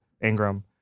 Ingram